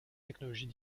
technologies